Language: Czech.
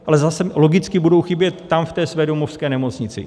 Ale zase logicky budou chybět tam v té své domovské nemocnici.